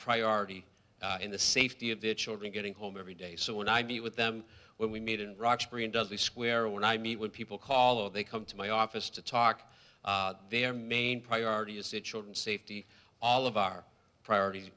priority in the safety of the children getting home every day so when i meet with them when we meet in roxbury and does the square when i meet with people call oh they come to my office to talk their main priority is to children's safety all of our priorities